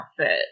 outfit